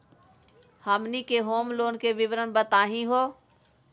हमनी के home loan के विवरण बताही हो?